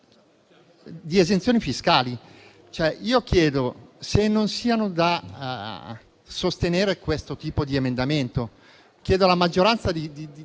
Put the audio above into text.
di esenzioni fiscali. Chiedo se non sia da sostenere questo tipo di emendamento, che invito la maggioranza a